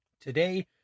Today